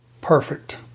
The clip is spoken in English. perfect